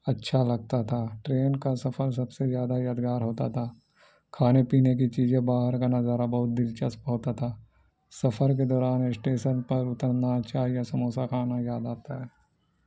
اچھا لگتا تھا ٹرین کا سفر سب سے زیادہ یادگار ہوتا تھا کھانے پینے کی چیزیں باہر کا نظارہ بہت دلچسپ ہوتا تھا سفر کے دوران اسٹیشن پر اترنا چائے یا سموسہ کھانا یاد آتا ہے